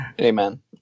Amen